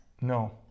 No